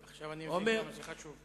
עכשיו אני מבין כמה זה חשוב.